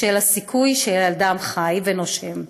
בשל הסיכוי שילדם חי ונושם.